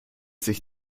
sich